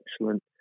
excellent